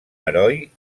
heroi